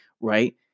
right